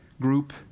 group